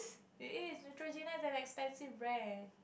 it is Neutrogena is expensive brand